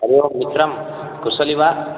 हरि ओं मित्रं कुशली वा